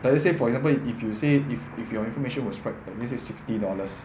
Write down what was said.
like let's say for example if you say if if your information was right let's say sixty dollars